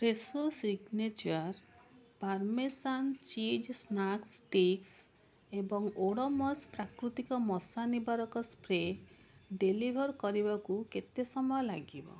Fresho signature parmesan cheese snack sticks ଏବଂ ଓଡୋ଼ମସ୍ ପ୍ରାକୃତିକ ମଶା ନିବାରକ ସ୍ପ୍ରେ ଡେଲିଭର୍ କରିବାକୁ କେତେ ସମୟ ଲାଗିବ